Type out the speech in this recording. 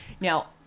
Now